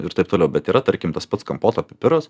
ir taip toliau bet yra tarkim tas pats kampoto pipiras